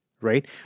Right